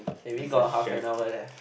K we got half and hour left